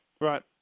Right